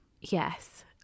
Yes